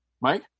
Mike